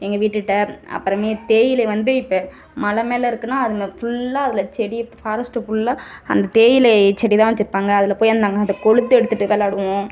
எங்கள் வீட்டுகிட்ட அப்புறமே தேயிலை வந்து இப்போ மலை மேலே இருக்குன்னா அதில் ஃபுல்லாக அதில் செடி ஃபாரஸ்ட் ஃபுல்லாக அந்த தேயிலை செடி தான் வச்சுருப்பாங்க அதில் போய் நாங்கள் அதை கொழுந்து எடுத்துட்டு விளாடுவோம்